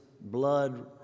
blood